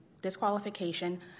Disqualification